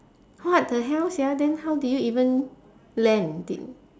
what the hell sia then how did you even land did